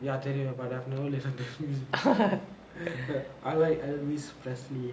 ya தெரியும்:theriyum but I don't listen to that music I like elvis presley